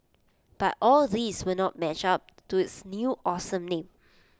but all these will not match up to its new awesome name